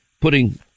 putting